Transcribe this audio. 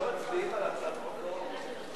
לא מעורבות ממשלתית,